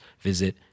visit